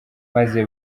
maze